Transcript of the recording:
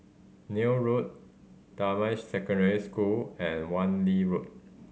Neil Road Damai Secondary School and Wan Lee Road